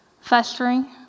festering